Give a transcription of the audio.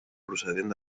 procedent